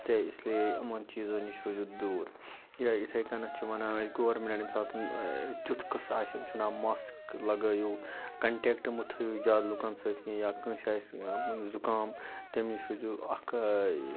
تہٕ اِس لیے یِمن چیٖزو نِش روٗزِو دوٗر یا یِتھَے کٔنتھ چھِ وَنان اسہِ گورمِنَٹ ییٚمہِ ساتہٕ تُیٚتھ قصہٕ آسہِ اِم چھِ وَنان ماسِک لگٲیو کنٹیٹہٕ مہٕ تٔھایو زیادٕ لُکن سۭتی کہیٚنٛہ یا کٲنٛسہِ آسہِ زُکام تمہِ نِش روٗزِو اَکھ ٲں